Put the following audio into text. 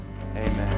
Amen